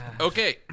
okay